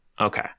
Okay